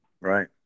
Right